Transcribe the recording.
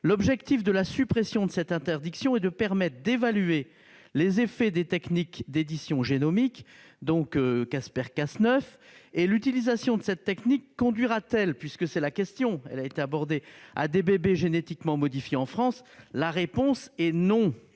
L'objectif de la suppression de cette interdiction est de permettre d'évaluer les effets des techniques d'édition génomique, dont CRISPR-Cas9. L'utilisation de cette technique conduira-t-elle, puisque telle est la question, à des bébés génétiquement modifiés en France ? La réponse est non